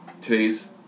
today's